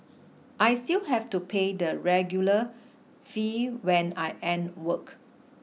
I still have to pay the regular fee when I end work